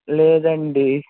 లేదండి